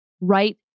Right